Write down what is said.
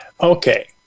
Okay